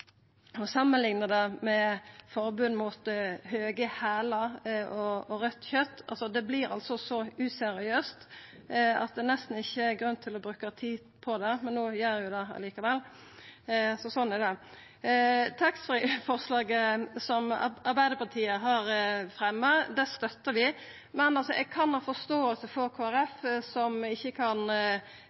det med forbod mot høge hælar og raudt kjøtt vert så useriøst at det nesten ikkje er grunn til å bruka tid på det, men no gjer eg det likevel – sånn er det. Taxfree-forslaget som Arbeidarpartiet har fremja, støttar vi. Men eg kan forstå at Kristeleg Folkeparti ikkje kan